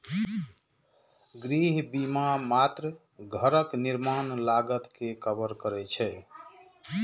गृह बीमा मात्र घरक निर्माण लागत कें कवर करै छै